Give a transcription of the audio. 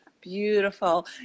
Beautiful